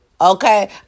okay